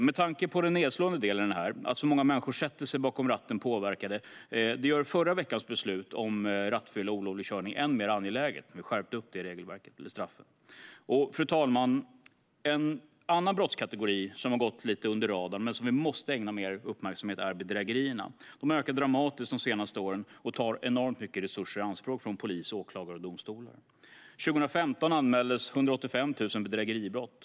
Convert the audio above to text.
Och det nedslående i att så många människor sätter sig bakom ratten påverkade gör förra veckans beslut om rattfylla och olovlig körning än mer angeläget. Vi skärpte då straffen för detta. Fru talman! En annan brottskategori som har gått lite under radarn men som vi måste ägna mer uppmärksamhet åt är bedrägerierna. De har ökat dramatiskt de senaste åren och tar enormt mycket resurser i anspråk från polis, åklagare och domstolar. År 2015 anmäldes 185 000 bedrägeribrott.